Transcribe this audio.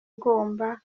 ugomba